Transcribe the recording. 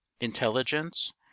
intelligence